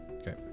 Okay